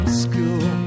school